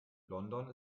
london